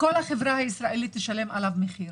כל החברה הישראלית תשלם עליו מחיר.